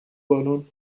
بالن